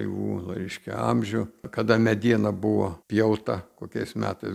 jų reiškia amžių kada mediena buvo pjauta kokiais metais